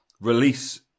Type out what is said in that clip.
release